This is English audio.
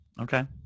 Okay